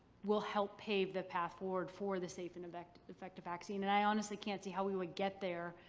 will help pave the path forward for the safe and effective effective vaccine and i honestly can't see how we would get there